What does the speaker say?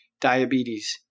diabetes